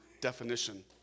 definition